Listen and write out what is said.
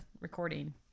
recording